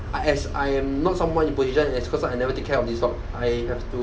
I as I am not someone in position as her because I never take care of this dog I have to